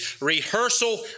rehearsal